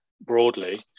broadly